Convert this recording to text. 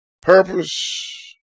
purpose